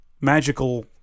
Magical